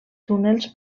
túnels